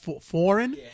Foreign